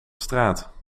straat